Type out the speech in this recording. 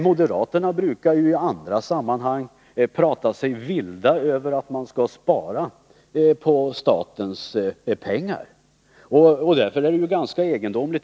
Moderaterna brukar i andra sammanhang prata sig vilda över att man skall spara på statens pengar.